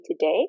today